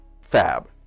fab